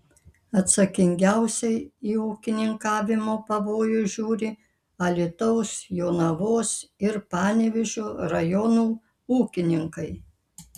atsakingiausiai į ūkininkavimo pavojus žiūri alytaus jonavos ir panevėžio rajonų ūkininkai